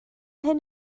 hyn